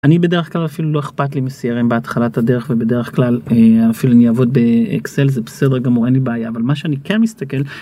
אני בדרך כלל אפילו לא אכפת לי מ crm בהתחלת הדרך ובדרך כלל אפילו אני אעבוד באקסל זה בסדר גמור אין לי בעיה אבל מה שאני כן מסתכל.